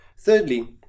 Thirdly